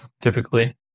typically